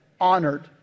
honored